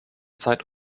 zeit